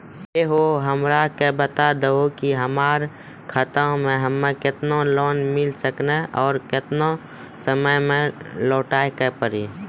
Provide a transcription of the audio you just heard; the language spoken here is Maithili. है हो हमरा के बता दहु की हमार खाता हम्मे केतना लोन मिल सकने और केतना समय मैं लौटाए के पड़ी?